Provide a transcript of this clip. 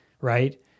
right